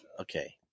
Okay